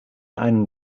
einen